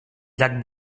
llac